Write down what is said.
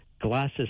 glasses